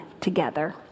together